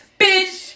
bitch